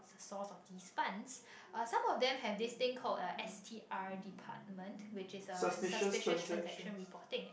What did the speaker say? source of these funds some of them have this thing called S_T_R department which is suspicious transaction reporting